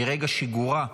ומרגע שיגורה,